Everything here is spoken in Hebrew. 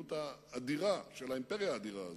המדיניות האדירה של האימפריה האדירה הזאת,